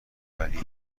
ولی